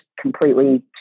completely